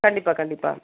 கண்டிப்பாக கண்டிப்பாக